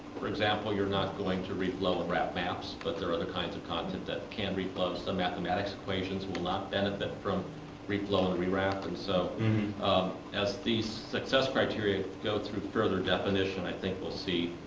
for example, you're not going to reflow and wrap maps, but there are other kinds of content that can reflow. so mathematics equations will not benefit from reflow and rewrap. and so um as these success criteria go through further definition i think we'll see